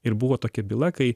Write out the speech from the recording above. ir buvo tokia byla kai